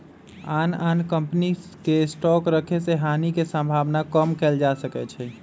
आन आन कम्पनी के स्टॉक रखे से हानि के सम्भावना कम कएल जा सकै छइ